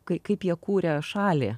kai kaip jie kūrė šalį